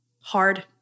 hard